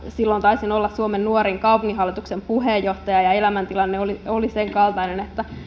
silloin taisin olla suomen nuorin kaupunginhallituksen puheenjohtaja ja elämäntilanne oli oli senkaltainen että